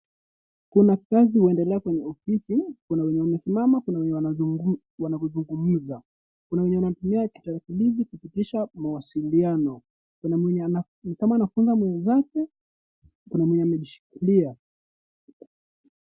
Kuna kazi huendelea kwenye ofisi, kuna wenye wamesimama kuna wenye wanaozungumza . Kuna wenye wanatumia kitarakilishi kupitisha mawasiliano, kuna mwenye ni kama anamfunza mwenzake , kuna mwenye amejishikilia.